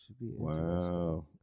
wow